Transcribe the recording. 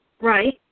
Right